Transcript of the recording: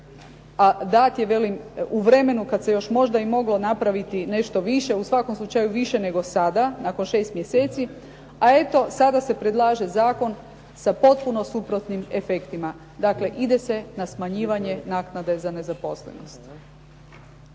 a dat je kažem u vremenu kad se još možda i moglo napraviti nešto više, u svakom slučaju više nego sada nakon šest mjeseci a eto sada se predlaže zakon sa potpuno suprotnim efektima, dakle ide se na smanjivanje naknade za nezaposlenost.